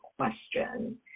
question